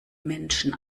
menschen